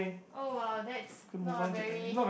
oh !wow! that's not a very